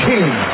King